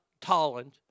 Tolland